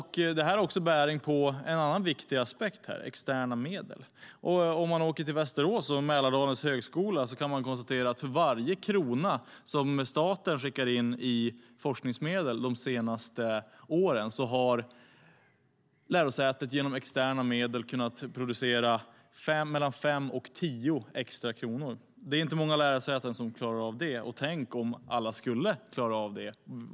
Detta har också bäring på en annan viktig aspekt här, nämligen externa medel. Om man åker till Västerås och Mälardalens högskola kan man konstatera att för varje krona som staten har skickat in i forskningsmedel under de senaste åren har lärosätet genom externa medel kunna producera mellan 5 och 10 extra kronor. Det är inte många lärosäten som klarar av det. Tänk om alla skulle klara av det.